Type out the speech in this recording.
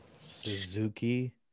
Suzuki